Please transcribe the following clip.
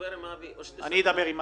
דבר עם אבי או --- אני אסגור את זה.